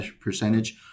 percentage